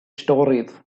stories